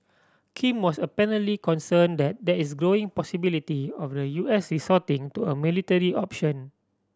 Kim was apparently concern that there is growing possibility of the U S resorting to a military option